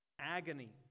Agony